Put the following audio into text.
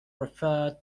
referred